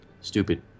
stupid